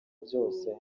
byose